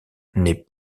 n’est